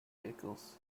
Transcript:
vehicles